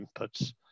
inputs